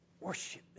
Worship